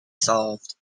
solved